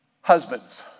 Husbands